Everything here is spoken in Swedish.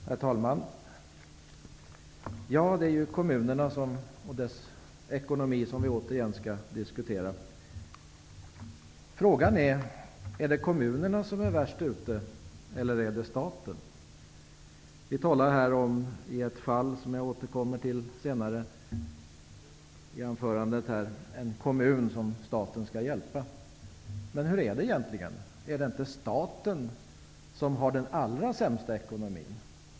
Herr talman! Det är ju kommunerna och deras ekonomi som vi återigen skall diskutera. Frågan är om det är kommunerna som är värst ute eller är det staten. Vi talar här i ett fall, som jag återkommer till senare i mitt anförande, om en kommun som staten skall hjälpa. Men hur är det egentligen? Är det inte staten som har den allra sämsta ekonomin?